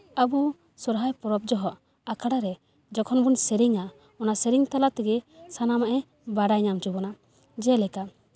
ᱟᱵᱚ ᱥᱚᱨᱦᱟᱭ ᱯᱚᱨᱚᱵᱽ ᱡᱚᱦᱚᱜ ᱟᱠᱷᱲᱟ ᱨᱮ ᱡᱚᱠᱷᱚᱱ ᱵᱚᱱ ᱥᱮᱨᱮᱧᱟ ᱚᱱᱟ ᱥᱮᱨᱮᱧ ᱛᱟᱞᱟ ᱛᱮᱜᱮ ᱥᱟᱱᱟᱢᱟᱜᱼᱮ ᱵᱟᱲᱟᱭ ᱦᱚᱪᱚ ᱵᱚᱱᱟ ᱡᱮᱞᱮᱠᱟ